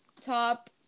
top